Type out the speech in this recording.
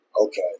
Okay